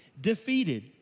defeated